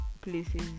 places